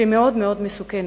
מאוד מאוד מסוכנת.